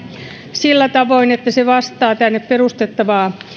sillä tavoin että se vastaa tänne perustettavaa